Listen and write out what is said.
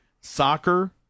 soccer